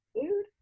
food